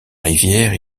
rivière